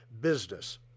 business